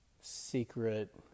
secret